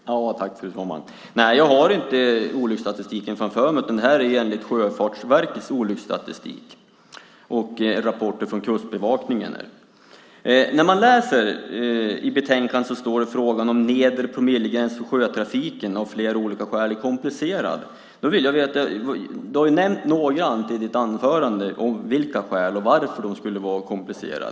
Fru talman! Nej, jag har inte olycksstatistiken framför mig. Detta är enligt Sjöfartsverkets olycksstatistik och rapporter från Kustbevakningen. I betänkandet står det att frågan om en nedre promillegräns för sjötrafiken av flera olika skäl är komplicerad. Du har nämnt några i ditt anförande, Anti, talat om vilka de är och varför de skulle vara komplicerade.